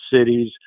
cities